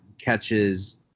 catches